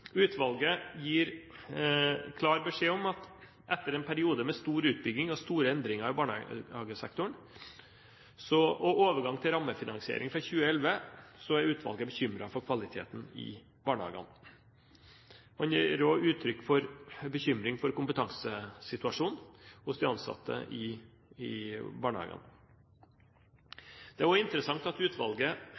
Utvalget gir klar beskjed om at etter en periode med stor utbygging, store endringer i barnehagesektoren og overgang til rammefinansiering for 2011 er man bekymret for kvaliteten i barnehagene. Man gir også utrykk for bekymring for kompetansesituasjonen hos de ansatte i barnehagene. Det er også interessant at utvalget